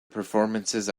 performances